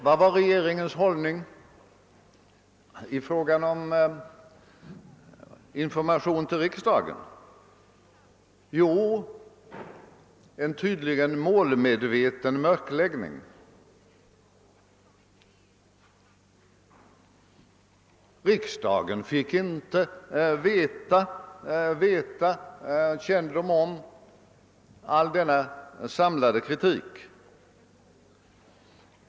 Vilken var regeringens hållning i fråga om information till riksdagen? Jo, en tydligt målmedveten mörkläggning. Riksdagen fick inte kännedom om all denna samlade kritik.